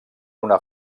una